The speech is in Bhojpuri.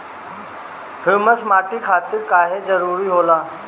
ह्यूमस माटी खातिर काहे जरूरी होला?